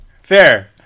Fair